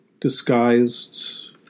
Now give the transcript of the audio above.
disguised